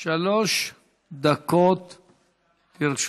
מיכאלי, שלוש דקות לרשותך.